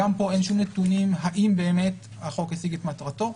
גם פה אין שום נתונים אם באמת החוק השיג את מטרתו,